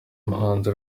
muhanzi